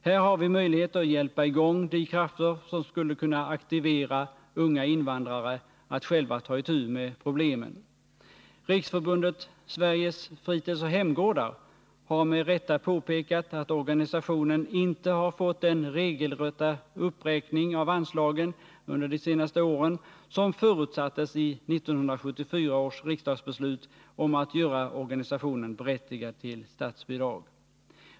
Här har vi möjlighet att hjälpa i gång de krafter som skulle kunna aktivera unga invandrare att själva ta itu med problemen. Riksförbundet Sveriges fritidsoch hemgårdar har med rätta påpekat att organisationen inte har fått den regelrätta uppräkning av anslagen under de senaste åren som förutsattes i 1974 års riksdagsbeslut om att göra organisationen berättigad till statsbidrag.